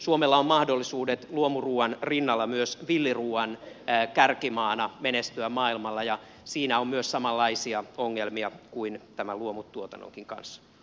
suomella on mahdollisuudet menestyä paitsi luomuruuan myös villiruuan kärkimaana maailmalla ja siinä on samanlaisia ongelmia kuin luomutuotannonkin kanssa